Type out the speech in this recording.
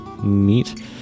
Neat